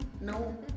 No